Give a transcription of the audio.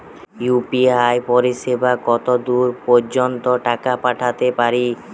UPI পরিসেবা কতদূর পর্জন্ত টাকা পাঠাতে পারি?